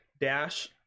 dash